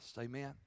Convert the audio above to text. Amen